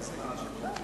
דקה.